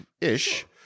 ish